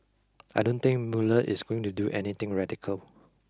I don't think Mueller is going to do anything radical